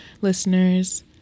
listeners